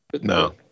No